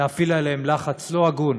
להפעיל עליהם לחץ לא הגון